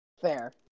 Fair